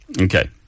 Okay